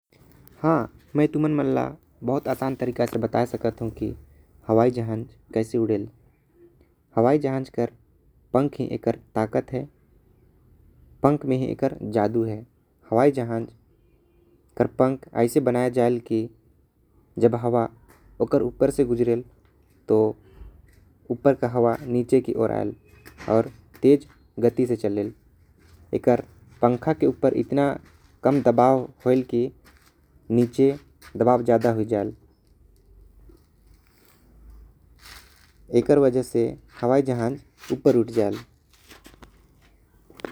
ह में तुमान मन ल बहुत आसान तरीका से बता सकत। हो कि हवाई जहाज कैसे उड़ेल हवाई जहाज के पंख ही आकर ताकत हे। आंख में ही एकर जादू है हवाई जहाज के पंख ऐसे बनैल जेल की। जब हवा ओकर उपर से गुजरे तो ऊपर के हवा नीचे के। ओर आइल ओर तेज गती से चले एकर पंखा के ऊपर इतना कम दबाओ। हवेल कि नीचे दबाओ ज्यादा होई जायल। एकर वजह ले हाई जहाज उपर उड़ जायल।